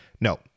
No